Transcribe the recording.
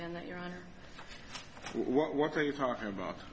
on what are you talking about